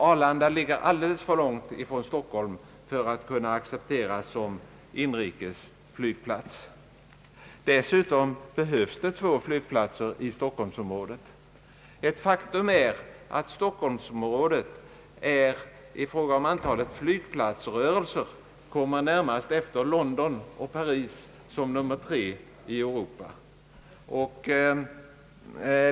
Arlanda ligger alltför långt från Stockholm för att kunna accepteras som inrikesflygplats. Dessutom behövs det två flygplatser i stockholmsområdet. Ett faktum är att stockholmsområdet i fråga om flygintensitet i Europa kommer närmast efter London och Paris.